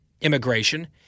Immigration